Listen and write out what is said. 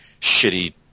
shitty